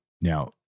now